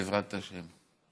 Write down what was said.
בעזרת השם.